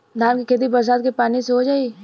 धान के खेती बरसात के पानी से हो जाई?